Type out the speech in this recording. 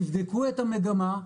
תבדקו את המגמה,